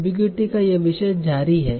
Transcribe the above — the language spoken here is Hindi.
एमबीगुइटी का यह विषय जारी है